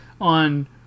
on